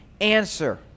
answer